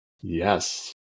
Yes